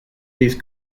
these